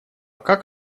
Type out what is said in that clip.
как